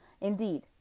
indeed